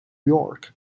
york